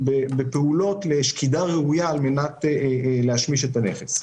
בפעולות של שקידה ראויה על מנת להשמיש את הנכס.